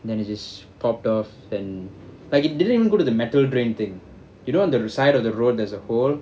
then it just popped off and like it didn't even go to the metal drain thing you know at the side of the road there's a hole